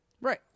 right